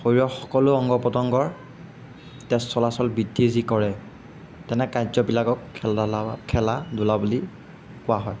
শৰীৰৰ সকলো অংগ প্ৰত্যংগৰ তেজ চলাচল বৃদ্ধি যি কৰে তেনে কাৰ্যবিলাকক খেল ধলা খেলা ধূলা বুলি কোৱা হয়